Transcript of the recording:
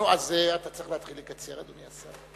נו, אז אתה צריך להתחיל לקצר, אדוני השר.